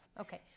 Okay